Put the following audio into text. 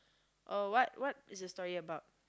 oh what what is the story about